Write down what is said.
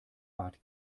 bat